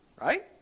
right